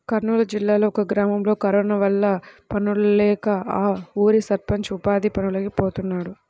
కర్నూలు జిల్లాలో ఒక గ్రామంలో కరోనా వల్ల పనుల్లేక ఆ ఊరి సర్పంచ్ ఉపాధి పనులకి పోతున్నాడు